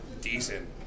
decent